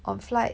on flight